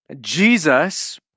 Jesus